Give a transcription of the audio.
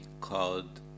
called